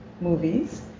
movies